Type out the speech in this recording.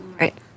Right